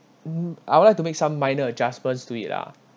hmm I would like to make some minor adjustments to it lah